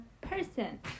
person